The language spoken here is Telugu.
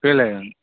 ఫెయిల్ అయ్యాడు